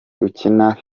ukina